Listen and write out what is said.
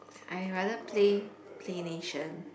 I rather play Playnation